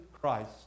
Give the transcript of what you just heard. Christ